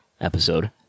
episode